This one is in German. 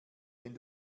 wenn